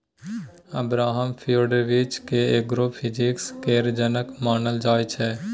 Abraham Fyodorovich केँ agro physics केर जनक मानल जाइ छै